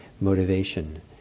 motivation